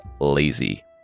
lazy